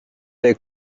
they